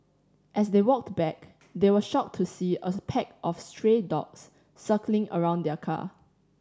as they walked back they were shocked to see a pack of stray dogs circling around their car